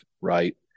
right